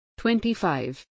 25